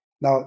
Now